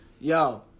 Yo